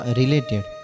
related